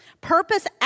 Purpose